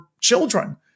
children